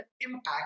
impact